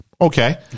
okay